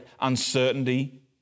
uncertainty